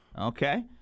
okay